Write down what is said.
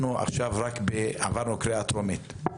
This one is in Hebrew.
אנחנו עכשיו רק בקריאה טרומית,